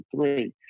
three